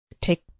Take